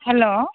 hello